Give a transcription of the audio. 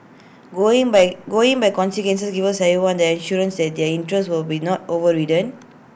going by going by consensus gives everyone the assurance that their interests will be not overridden